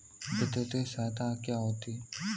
वित्तीय सहायता क्या होती है?